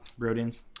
Rodians